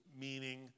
meaning